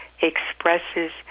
expresses